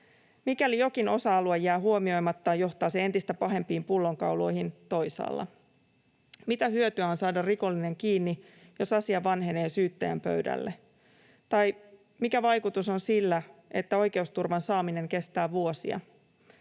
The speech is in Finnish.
Mikäli jokin osa-alue jää huomioimatta, johtaa se entistä pahempiin pullonkauloihin toisaalla. Mitä hyötyä on saada rikollinen kiinni, jos asia vanhenee syyttäjän pöydälle? Tai mikä vaikutus on sillä, että oikeusturvan saaminen kestää vuosia?